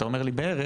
אתה אומר לי בערך.